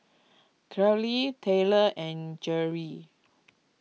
Kayli Taylor and Gerry